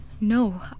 No